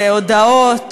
והודעות